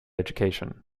education